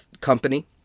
company